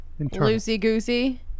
Loosey-goosey